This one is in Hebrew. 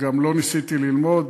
וגם לא ניסיתי ללמוד.